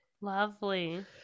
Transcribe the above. lovely